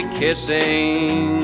kissing